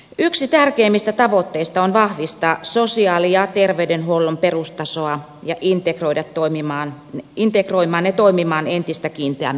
yksi tärkeimmistä tavoitteista on vahvistaa sosiaali ja terveydenhuollon perustasoa ja integroida ne toimimaan entistä kiinteämmin yhdessä